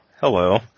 hello